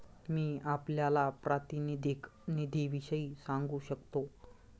मी आपल्याला प्रातिनिधिक निधीविषयी सांगू शकतो